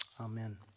amen